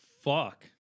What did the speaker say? Fuck